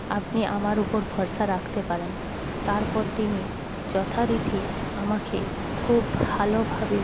আপনি আমার উপর ভরসা রাখতে পারেন তারপর তিনি যথারীতি আমাকে খুব ভালোভাবে